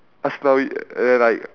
aslawi and then like